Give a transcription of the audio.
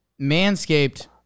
Manscaped